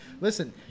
listen